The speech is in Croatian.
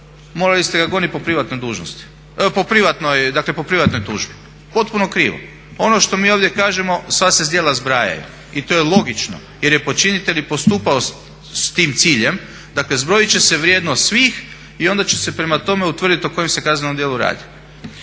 morali ste ga goniti po privatnoj tužbi. Potpuno krivo. Ono što mi ovdje kažemo sad se djela zbrajaju i to je logično jer je počinitelj i postupao s tim ciljem. Dakle zbrojiti će se vrijednost svih i onda će se prema tome utvrditi o koje se kaznenom dijelu radi.